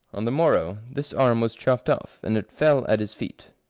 on the morrow this arm was chopped off, and it fell at his feet.